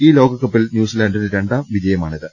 ഈ ലോകകപ്പിൽ ന്യൂസി ലാന്റിന്റെ രണ്ടാം ജയമാണിത്